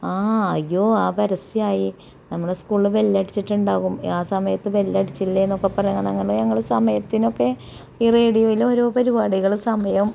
ആ അയ്യോ ആ പരസ്യമായി നമ്മളുടെ സ്കൂളില് ബെല്ലടിച്ചിട്ടുണ്ടാകും ആ സമയത്ത് ബെല്ലടിച്ചില്ലേന്നൊക്കെ പറഞ്ഞുകൊണ്ട് അങ്ങനെ ഞങ്ങള് സമയത്തിനൊക്കെ റേഡിയോയിലെ ഓരോ പരിപാടികള് സമയം